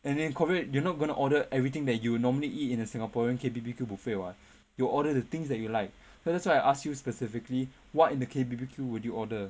and then in korea you're not gonna order everything that you will normally eat in a singaporean K_B_B_Q buffet what you will order the things that you like so that's why I ask you specifically what in the K_B_B_Q would you order